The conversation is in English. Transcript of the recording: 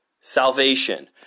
salvation